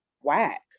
whack